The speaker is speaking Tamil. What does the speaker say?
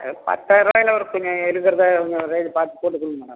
அது பத்தாயரூபாய்ல கொஞ்சம் இருக்கிறதா கொஞ்சம் ரேஞ்ச் பார்த்து சொல்லுங்கள் மேடம்